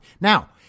Now